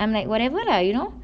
I'm like whatever lah you know